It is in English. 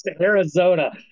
Arizona